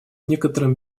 некоторым